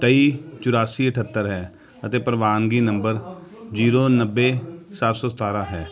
ਤੇਈ ਚੁਰਾਸੀ ਅਠੱਤਰ ਹੈ ਅਤੇ ਪ੍ਰਵਾਨਗੀ ਨੰਬਰ ਜੀਰੋ ਨੱਬੇ ਸੱਤ ਸੌ ਸਤਾਰ੍ਹਾਂ ਹੈ